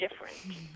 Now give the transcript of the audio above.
different